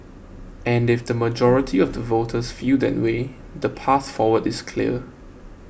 and if the majority of the voters feel that way the path forward is clear